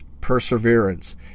perseverance